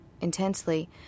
intensely